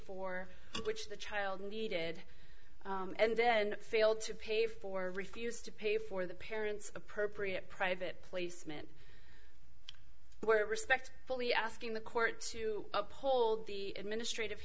for which the child needed and then failed to pay for refused to pay for the parents appropriate private placement where respect fully asking the court to uphold the administrative